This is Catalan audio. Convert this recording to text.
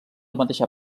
mateixa